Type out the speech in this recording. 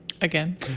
Again